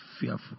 fearful